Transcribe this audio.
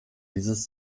dieses